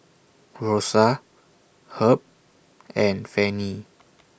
Rosa Herb and Fannie